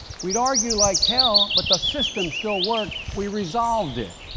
we'd argue like hell but the system still worked, we resolved it.